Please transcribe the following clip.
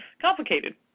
complicated